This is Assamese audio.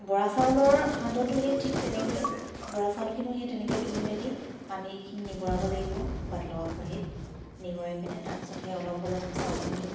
বৰা চাউলৰ সান্দহটো সেই ঠিক তেনেকৈয়ে বৰা চাউলখিনিও সেই তেনেকৈ ধুই মেলি পানীখিনি নিগৰাব লাগিব বাট লগা খৰাহিত নিগৰাই পিনে তাৰপিছত সেই অলপ অলপ চাউলখিনি